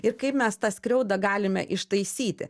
ir kaip mes tą skriaudą galime ištaisyti